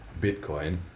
bitcoin